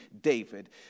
David